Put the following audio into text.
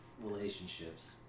relationships